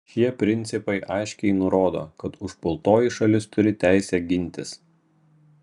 šie principai aiškiai nurodo kad užpultoji šalis turi teisę gintis